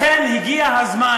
לכן הגיע הזמן,